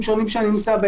התקני מצב מוצק